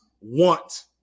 want